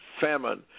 famine